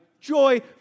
Joy